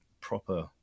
proper